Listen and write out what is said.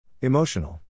Emotional